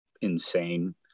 insane